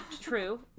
true